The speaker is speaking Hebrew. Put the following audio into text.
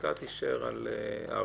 המחיקה תישאר על ארבע.